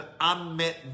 unmet